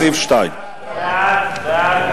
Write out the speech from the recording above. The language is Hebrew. סעיף 2. סעיף 2,